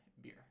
beer